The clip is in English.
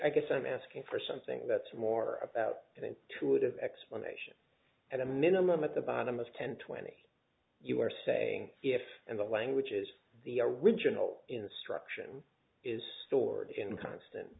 i guess i'm asking for something that's more about two of explanation at a minimum at the bottom of ten twenty you're saying if and the language is the original instruction is stored in constant